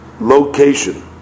location